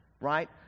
right